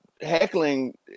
heckling